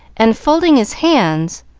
and folding his hands,